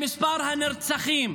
גברתי היושבת-ראש, הוא מספר הנרצחים.